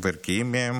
ערכיים מהם